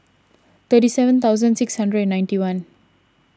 thirty seven thousand six hundred and ninety one